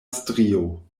strio